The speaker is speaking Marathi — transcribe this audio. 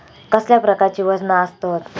कसल्या प्रकारची वजना आसतत?